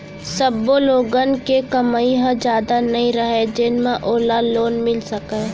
सब्बो लोगन के कमई ह जादा नइ रहय जेन म ओला लोन मिल सकय